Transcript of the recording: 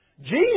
Jesus